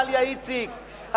דליה איציק,